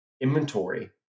inventory